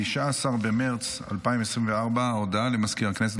19 במרץ 2024. הודעה למזכיר הכנסת,